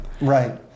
right